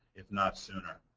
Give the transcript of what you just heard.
if not sooner.